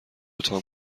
تام